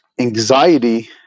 Anxiety